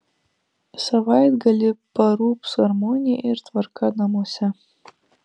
savaitgalį parūps harmonija ir tvarka namuose